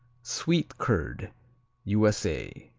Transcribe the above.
sweet-curd u s a.